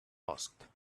asked